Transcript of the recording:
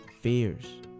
fears